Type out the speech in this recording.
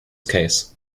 case